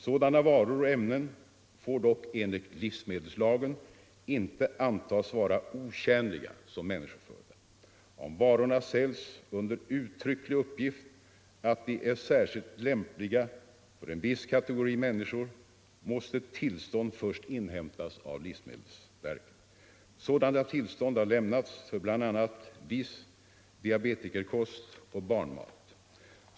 Sådana varor och ämnen får dock enligt livsme = naturläkemedel, delslagen inte antas vara otjänliga som människoföda. Om varorna säljs — m.m. under uttrycklig uppgift att de är särskilt lämpliga för en viss kategori människor måste tillstånd först inhämtas av livsmedelsverket. Sådana tillstånd har lämnats för bl.a. viss diabetikerkost och barnmat.